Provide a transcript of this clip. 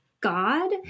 God